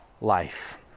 life